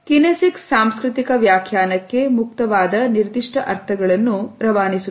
kinesics ಸಾಂಸ್ಕೃತಿಕ ವ್ಯಾಖ್ಯಾನಕ್ಕೆ ಮುಕ್ತವಾದ ನಿರ್ದಿಷ್ಟ ಅರ್ಥಗಳನ್ನು ರವಾನಿಸುತ್ತದೆ